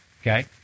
okay